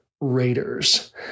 Raiders